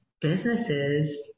businesses